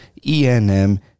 ENM